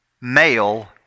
male